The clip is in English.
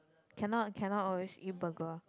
cannot cannot always eat burger